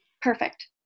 Perfect